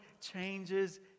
changes